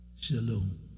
shalom